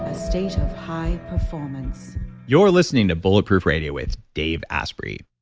a state of high performance you're listening to bulletproof radio with dave asprey.